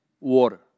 water